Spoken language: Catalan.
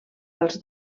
als